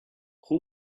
who